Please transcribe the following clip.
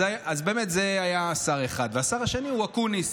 אז זה היה שר אחד, והשר השני הוא אקוניס.